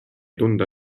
tunda